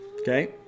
Okay